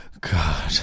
God